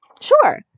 Sure